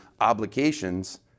obligations